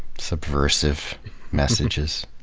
subversive messages.